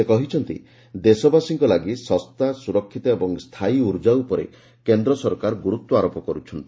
ସେ କହିଛନ୍ତି ଦେଶବାସୀଙ୍କ ଲାଗି ଶସ୍ତା ସୁରକ୍ଷିତ ଏବଂ ସ୍ଷାୟୀ ଉର୍ଜା ଉପରେ କେନ୍ଦ ସରକାର ଗୁରୁତ୍ୱାରୋପ କରୁଛନ୍ତି